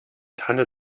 tanne